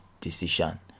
decision